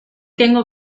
tengo